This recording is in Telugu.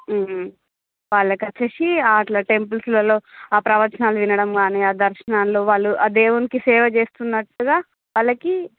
వాళ్ళకచ్చిసి అట్లా టెంపుల్స్లలో ఆ ప్రవచనాలు వినడం కాని ఆ దర్శనాల్లో వాళ్లు దేవునికి సేవ చేస్తున్నట్టుగా వాళ్ళకి